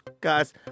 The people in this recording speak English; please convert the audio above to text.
Guys